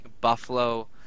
Buffalo